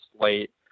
slate